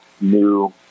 new